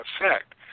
effect